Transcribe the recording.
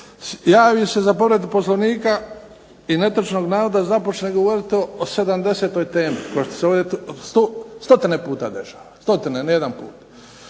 javi se za povredu Poslovnika i netočnog navoda, započne govoriti o 70-toj temi, kao što se ovdje stotine puta dešava, stotine ne jedanputa,